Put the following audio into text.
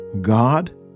God